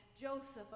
Joseph